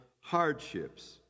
hardships